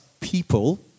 people